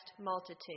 multitude